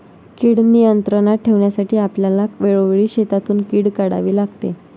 कीड नियंत्रणात ठेवण्यासाठी आपल्याला वेळोवेळी शेतातून कीड काढावी लागते